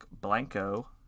Blanco